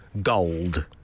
gold